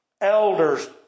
elders